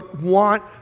want